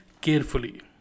carefully